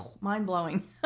mind-blowing